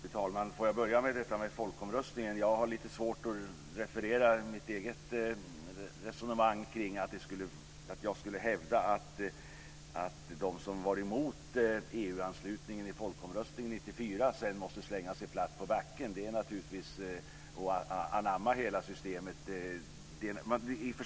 Fru talman! Får jag börja med frågan om folkomröstningen. Jag har lite svårt att referera mitt eget resonemang. Jag skulle hävda att de som var emot EU-anslutningen i folkomröstningen efter 1994 måste slänga sig platt på backen och anamma hela systemet.